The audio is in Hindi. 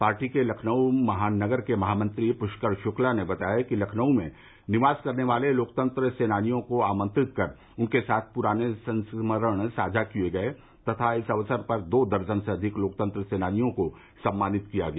पार्टी के लखनऊ महानगर के महामंत्री पृष्कर शुक्ला ने बताया कि लखनऊ में निवास करने वाले लोकतंत्र सेनानियों को आमंत्रित कर उनके साथ पुराने संस्मरण साझा किये गये तथा इस अवसर पर दो दर्जन से अधिक लोकतंत्र सेनानियों को सम्मानित किया गया